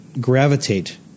gravitate